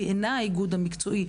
היא אינה איגוד המקצועי,